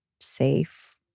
safe